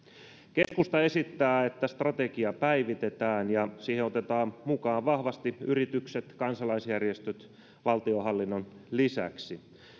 keskusta esittää että strategia päivitetään ja siihen otetaan mukaan vahvasti yritykset ja kansalaisjärjestöt valtionhallinnon lisäksi